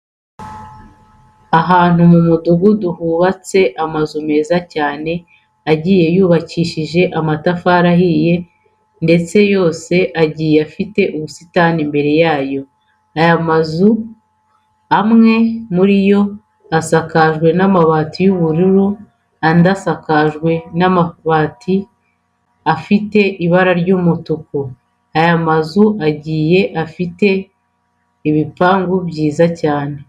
Ahantu mu mudugudu hubatsemo amazu meza cyane agiye yubakishije amatafari ahiye ndetse yose agiye afite ubusitani imbere yayo. Aya mazu amwe muri yo asakajwe n'amabati y'ubururu, andi asakajwe amabati afite ibara ry'umutuku. Aya mazu agiye afite ibipangu byiza cyane.